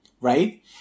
Right